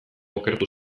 okertu